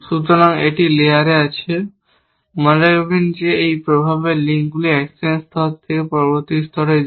সুতরাং এটি লেয়ারে রয়েছে মনে রাখবেন যে এই প্রভাবের লিঙ্কগুলি অ্যাকশন স্তর থেকে পরবর্তী স্তরে যায়